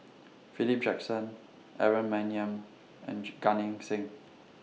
Philip Jackson Aaron Maniam and G Gan Eng Seng